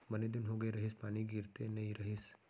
बने दिन हो गए रहिस, पानी गिरते नइ रहिस